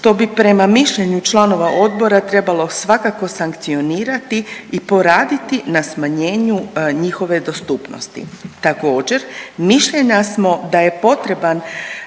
što bi prema mišljenju članova odbora trebalo svakako sankcionirati i poraditi na smanjenju njihove dostupnosti. Također, mišljenja smo da je potreban